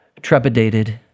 trepidated